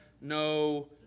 no